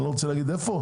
אני לא רוצה לומר איפה?